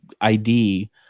ID